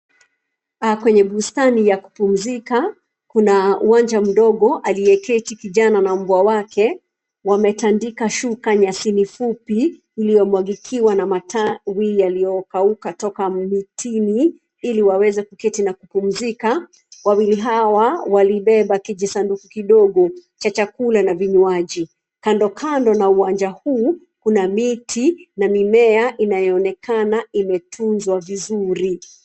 Kwenye bustani ya kupumuzika kuna uwanja mdogo aliyeketi kijana na mbwa wake, wametandika shuka nyasini fupi iliyomwagikiwa na matawi yaliyokauka toka mitini ili waweze kuketi na kupumzika. Wawili hawa walibeba kijisanduku kidogo cha chakula na vinywaji. Kando kando na uwanja huu kuna miti na mimea inayoonekana imetunzwa vizuri.